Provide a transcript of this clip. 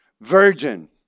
Virgin